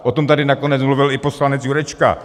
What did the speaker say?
O tom tady nakonec mluvil i poslanec Jurečka.